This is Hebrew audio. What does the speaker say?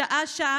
שעה-שעה,